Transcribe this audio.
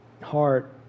heart